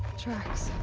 tracks.